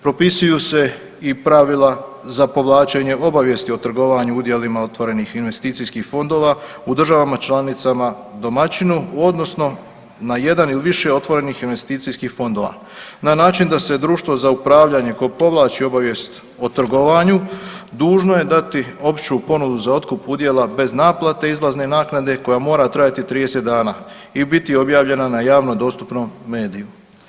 Propisuju i pravila za povlačenje obavijesti o trgovanju udjelima otvorenih investicijskih fondova u državama članicama domaćinu odnosno na jedan ili više otvorenih investicijskih fondova, na način da se društvo za upravljanje koje povlači obavijest o trgovanju dužno je dati opću ponudu za otkup udjela bez naplate, izlazne naknade koja mora trajati 30 dana i biti objavljena na javno dostupnom mediju.